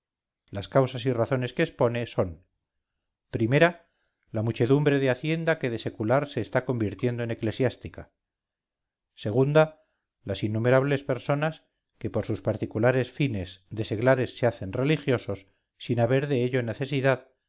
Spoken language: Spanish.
las causas y razones que expone son primera la muchedumbre de hacienda que de secular se está convirtiendo en eclesiástica segunda las innumerables personas que por sus particulares fines de seglares se hacen religiosos sin aver de ello necesidad